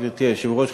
גברתי היושבת-ראש,